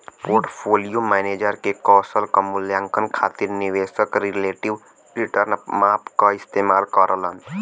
portfolio manager के कौशल क मूल्यांकन खातिर निवेशक रिलेटिव रीटर्न माप क इस्तेमाल करलन